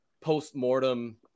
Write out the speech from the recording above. post-mortem